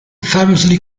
famously